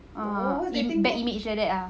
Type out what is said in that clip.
ah im~ bad image like that ah